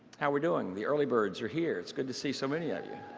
how are we doing? the early birds are here. it's good to see so many of you.